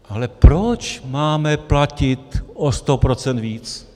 Ale proč máme platit o sto procent víc?